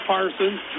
Parsons